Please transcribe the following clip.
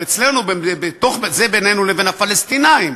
אבל אצלנו בתוך, זה בינינו לבין הפלסטינים,